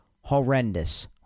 horrendous